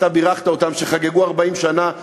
אתה בירכת אותם כשהם חגגו 40 שנות נישואים,